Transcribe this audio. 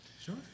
Sure